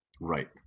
Right